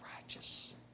righteous